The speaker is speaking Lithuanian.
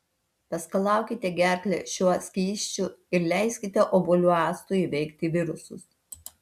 paskalaukite gerklę šiuo skysčiu ir leiskite obuolių actui įveikti virusus